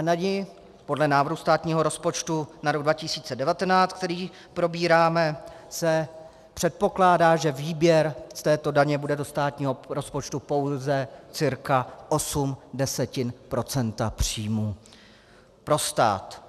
U daně podle návrhu státního rozpočtu na rok 2019, který probíráme, se předpokládá, že výběr z této daně bude do státního rozpočtu pouze cca 0,8 % příjmů pro stát.